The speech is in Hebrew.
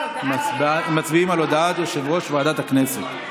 מצביעים על הודעת יושב-ראש ועדת הכנסת.